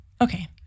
Okay